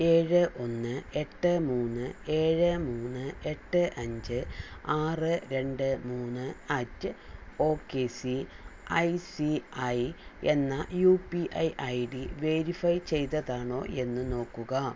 ഏഴ് ഒന്ന് എട്ട് മൂന്ന് ഏഴ് മൂന്ന് എട്ട് അഞ്ച് ആറ് രണ്ട് മൂന്ന് at okay C I C I എന്ന U P I I D verify ചെയ്തതാണോ എന്ന് നോക്കുക